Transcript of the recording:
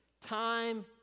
time